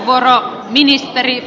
arvoisa puhemies